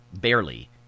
barely